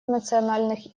национальных